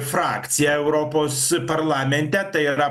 frakciją europos parlamente tai yra